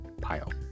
pile